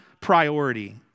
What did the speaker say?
priority